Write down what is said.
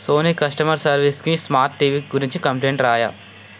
Soni customer సర్వీస్కి smart TV గురించి complaint రాయ